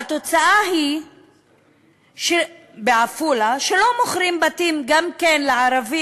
התוצאה היא שבעפולה לא מוכרים בתים לערבים,